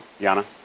Yana